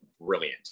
brilliant